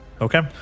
Okay